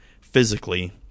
physically